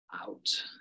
out